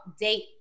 date